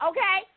Okay